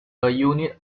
unit